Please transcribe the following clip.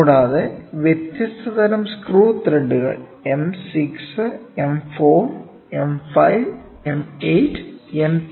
കൂടാതെ വ്യത്യസ്ത തരം സ്ക്രൂ ത്രെഡുകൾ M 6 M 4 M 5 M 8 M 3